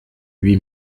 huit